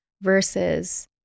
versus